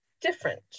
different